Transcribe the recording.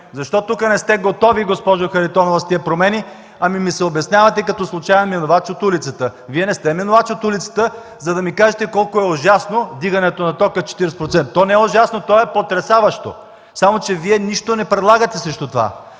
Защо тук не сте готови, госпожо Харитонова, с тези промени, а ми се обяснявате като случаен минувач от улицата. Вие не сте минувач от улицата, за да ми кажете колко е ужасно вдигането на тока с 40%. То не е ужасно, то е потресаващо. Само че Вие нищо не предлагате срещу това.